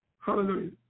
Hallelujah